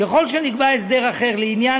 ככל שנקבע הסדר אחר לעניין